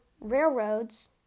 railroads